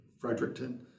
Fredericton